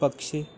पक्षी